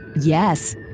Yes